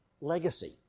legacy